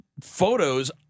photos